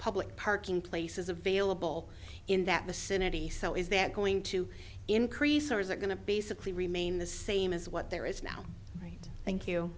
public parking places available in that vicinity so is that going to increase or is it going to basically remain the same as what there is now right thank you